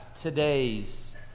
today's